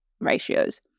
ratios